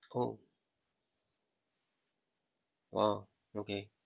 oh !wow! okay